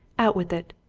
out with it!